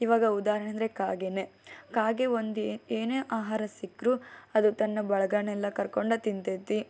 ಇವಾಗ ಉದಾಹರಣೆ ಅಂದರೆ ಕಾಗೆನೇ ಕಾಗೆ ಒಂದು ಏನೇ ಆಹಾರ ಸಿಕ್ಕರು ಅದು ತನ್ನ ಬಳಗನೆಲ್ಲ ಕರಕೊಂಡೇ ತಿನ್ತೈತೆ